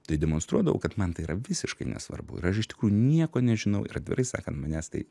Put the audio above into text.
tai demonstruodavau kad man tai yra visiškai nesvarbu ir aš iš tikrųjų nieko nežinau ir atvirai sakant manęs tai